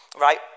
right